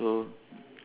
so